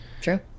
True